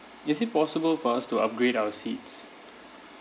is it possible for us to upgrade our seats